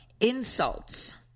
Insults